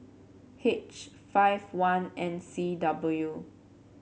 H five one N C W